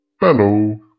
hello